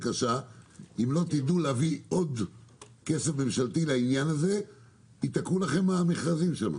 אם לא תדעו להביא עוד כסף ממשלתי לעניין הזה ייתקעו לכם המכרזים שם,